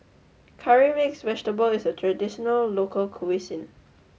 Curry Mixed Vegetable is a traditional local cuisine